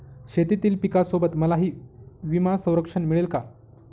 शेतीतील पिकासोबत मलाही विमा संरक्षण मिळेल का?